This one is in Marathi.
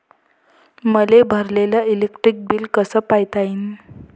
मले भरलेल इलेक्ट्रिक बिल कस पायता येईन?